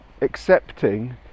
accepting